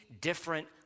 different